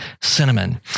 cinnamon